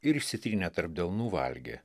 ir išsitrynę tarp delnų valgė